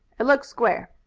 it looks square.